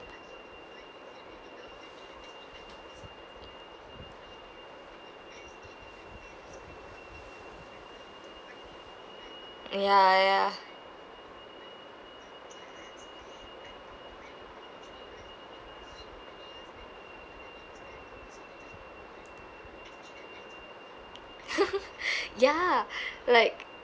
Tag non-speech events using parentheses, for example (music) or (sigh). ya ya (laughs) ya (breath) like